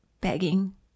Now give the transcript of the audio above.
begging